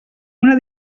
una